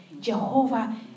Jehovah